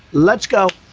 let's go.